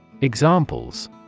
Examples